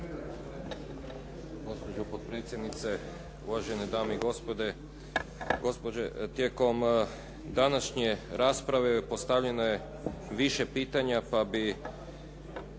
Gospođo potpredsjednice, uvažene dame i gospodo. Tijekom današnje rasprave postavljeno je više pitanja pa bih